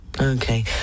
Okay